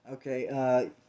Okay